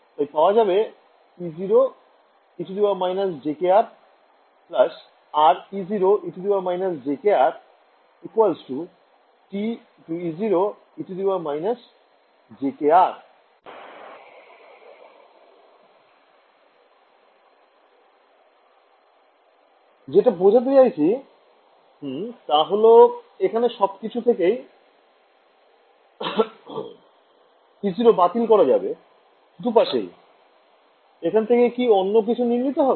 তাই পাওয়া যাবে E0e−jkir RE0e−jkrr T E 0e−jktr যেটা বোঝাতে চাইছি তা হল এখানে সব কিছু থেকেই E0 বাতিল করা যাবে দুপাশেই এখান থেকে কি অন্য কিছু নির্ণীত হবে